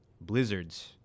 blizzards